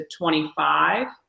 25